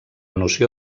noció